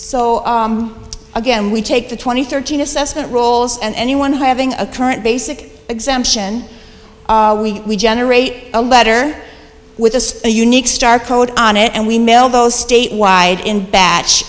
so again we take the twenty thirteen assessment rules and anyone having a current basic exemption we generate a letter with just a unique star code on it and we mail those statewide in